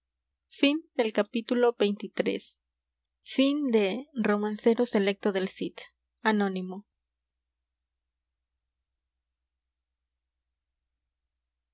romancero selecto del cid author